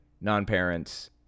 non-parents